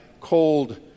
cold